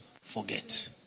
Forget